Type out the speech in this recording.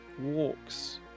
walks